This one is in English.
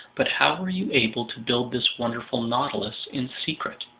but how were you able to build this wonderful nautilus in secret?